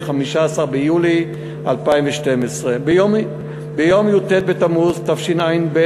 15 ביולי 2012. ביום י"ט בתמוז התשע"ב,